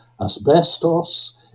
asbestos